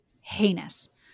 heinous